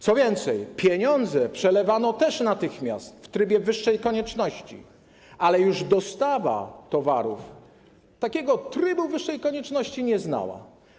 Co więcej, pieniądze przelewano też natychmiast w trybie wyższej konieczności, ale już dostawa towarów takiego trybu wyższej konieczności nie znała.